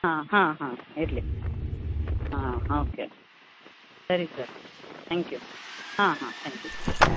ಹಾಂ ಹಾಂ ಹಾಂ ಇರಲಿ ಹಾಂ ಓಕೆ ಸರಿ ಸರ್ ತ್ಯಾಂಕ್ ಯು ಹಾಂ ಹಾಂ ತ್ಯಾಂಕ್ ಯು